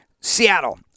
Seattle